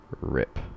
Rip